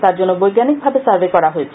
তার জন্য বৈজ্ঞানিক ভাবে সার্ভে করা হয়েছে